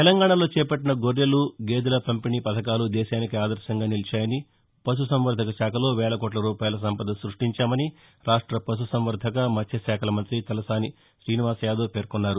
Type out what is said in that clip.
తెలంగాణలో చేపట్లిన గౌరెలు గేదెల పంపిణీ పథకాలు దేశానికే ఆదర్భంగా నిలిచాయని పశు సంవర్దకశాఖలో వేల కోట్ల రూపాయల సంపద స్పష్టించామని రాష్ట వశుసంవర్దక మత్యశాఖల మంత్రి తలసాని శ్రీనివాస్యాదవ్ పేర్కొన్నారు